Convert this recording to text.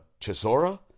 Chisora